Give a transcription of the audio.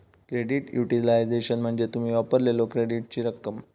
credit utilisation म्हणजे तुम्ही वापरलेल्यो क्रेडिटची रक्कम